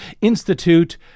institute